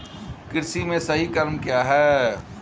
कृषि में सही क्रम क्या है?